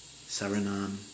saranam